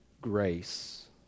grace